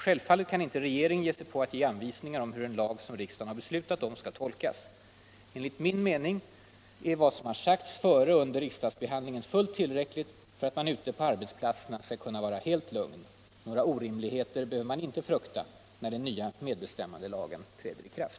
Självfallet kan inte regeringen ge sig på att ge anvisning om hur en lag som riksdagen har beslutat om skall tolkas. Enligt min mening är vad som har sagts före och under riksdagsbehandlingen fullt tillräckligt för att man ute på arbetsplatserna skall kunna vara helt lugn. Några orimligheter behöver man inte frukta när den nya medbestämmandelagen träder i kraft.